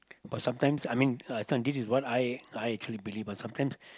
but sometimes I mean I thought this is what I I truly believe ah sometimes